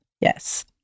Yes